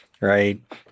right